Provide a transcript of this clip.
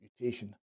mutation